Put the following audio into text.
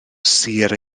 sur